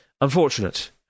unfortunate